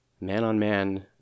man-on-man